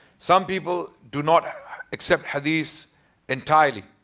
some people do not accept hadith entirely,